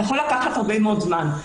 זה יכול לקחת הרבה מאוד זמן.